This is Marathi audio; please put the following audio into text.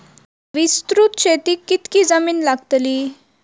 विस्तृत शेतीक कितकी जमीन लागतली?